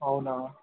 అవునా